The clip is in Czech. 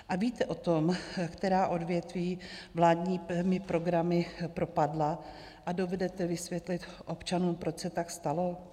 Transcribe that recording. A víte o tom, která odvětví vládními programy propadla, a dovedete vysvětlit občanům, proč se tak stalo?